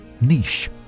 niche